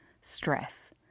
stress